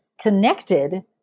connected